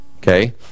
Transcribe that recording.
Okay